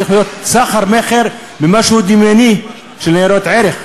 שצריך להיות סחר-מכר ממשהו דמיוני של ניירות ערך.